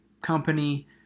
company